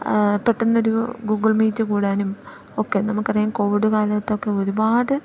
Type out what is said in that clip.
പെട്ടന്നൊരു Google Meet കൂടാനും ഒക്കെ നമുക്കറിയാം കോവിഡ് കാലത്തൊക്കെ ഒരുപാട്